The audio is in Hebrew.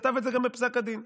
וכתב את זה גם בפסק הדין.